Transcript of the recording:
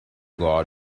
god